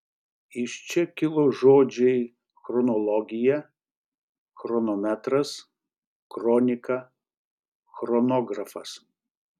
iš čia kilo žodžiai chronologija chronometras kronika chronografas